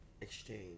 exchange